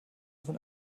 sind